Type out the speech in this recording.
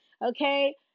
Okay